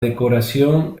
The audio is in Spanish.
decoración